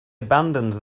abandons